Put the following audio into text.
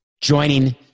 joining